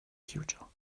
future